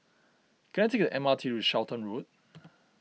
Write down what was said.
can I take the M R T to Charlton Road